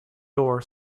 door